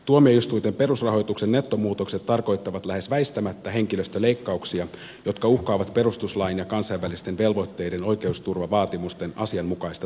tuomioistuinten perusrahoituksen nettomuutokset tarkoittavat lähes väistämättä henkilöstöleikkauksia jotka uhkaavat perustuslain ja kansainvälisten velvoitteiden oikeusturvavaatimusten asianmukaista toteutumista